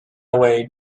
away